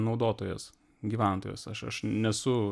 naudotojas gyventojas aš aš nesu